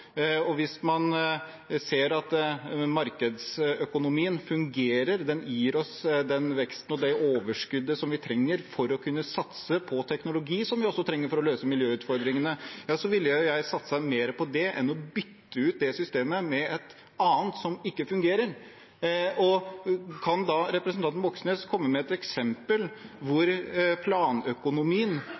på. Hvis man ser at markedsøkonomien fungerer, at den gir oss den veksten og det overskuddet som vi trenger for å kunne satse på teknologi som også kan løse miljøutfordringene, ville jeg satset mer på det enn på å bytte ut systemet med et annet som ikke fungerer. Kan representanten Moxnes komme med et eksempel på hvor planøkonomien